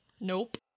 Nope